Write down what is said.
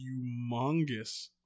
humongous